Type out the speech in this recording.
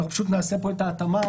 אנחנו נעשה כאן את ההתאמה.